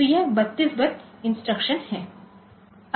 तो यह 32 bit instruction है